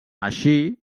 així